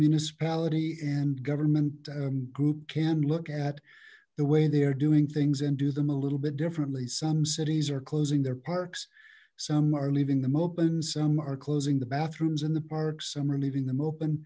municipality and government group can look at the way they are doing things and do them a little bit differently some cities are closing their parks some are leaving them open some are closing the bathrooms in the park some are leaving them open